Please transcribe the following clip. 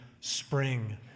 spring